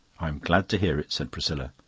i'm glad to hear it, said priscilla.